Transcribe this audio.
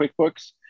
QuickBooks